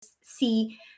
see